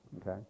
okay